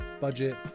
budget